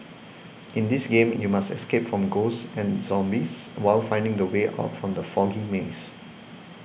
in this game you must escape from ghosts and zombies while finding the way out from the foggy maze